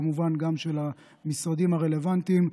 כמובן גם של המשרדים הרלוונטיים.